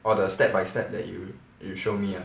orh the step by step that you you show me ah